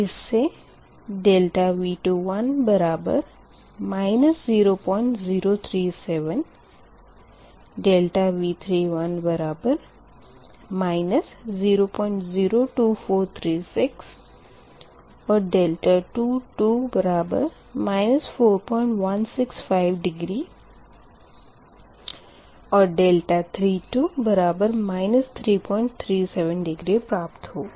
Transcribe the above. इस से ∆V2 बराबर 0037 ∆V3 बराबर 002436 और 2 बराबर 4165 डिग्री और 3 बराबर 3337 डिग्री प्राप्त होगा